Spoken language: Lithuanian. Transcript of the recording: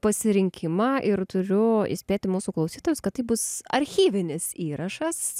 pasirinkimą ir turiu įspėti mūsų klausytojus kad tai bus archyvinis įrašas